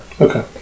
Okay